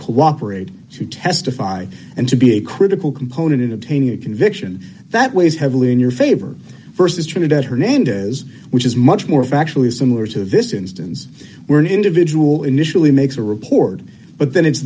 cooperate to testify and to be a critical component in obtaining a conviction that weighs heavily in your favor versus trinidad hernandez which is much more factually similar to this instance where an individual initially makes a report but then it's